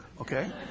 okay